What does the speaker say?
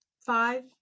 five